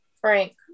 Frank